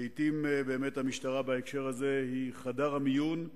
לעתים המשטרה בהקשר הזה היא באמת חדר המיון,